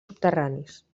subterranis